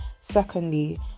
secondly